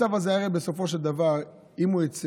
הצו הזה, הרי בסופו של דבר, אם הוא יצא,